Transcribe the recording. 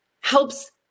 Helps